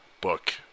book